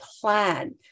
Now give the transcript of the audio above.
plan